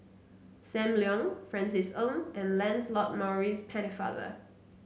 Sam Leong Francis Ng and Lancelot Maurice Pennefather